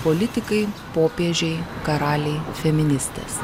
politikai popiežiai karaliai feministės